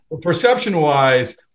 Perception-wise